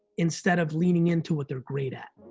instead of leaning into what they're great at,